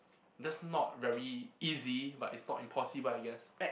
that's not very easy but it's not impossible I guess